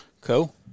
Cool